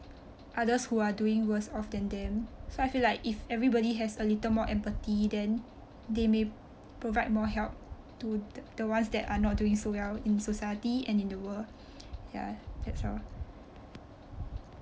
others who are doing worse off than them so I feel like if everybody has a little more empathy then they may provide more help to the ones that are not doing so well in society and in the world ya that's all